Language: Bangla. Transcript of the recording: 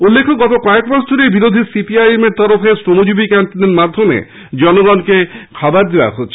উল্লেখ্য গত কয়েক মাস ধরেই বিরোধী সিপি আইএম এর তরফে শ্রমজীবি ক্যান্টিনের মাধ্যমে জনগণকে খাবার দেওয়া হচ্ছে